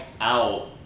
out